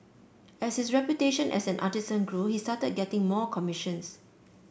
as his reputation as an artisan grew he started getting more commissions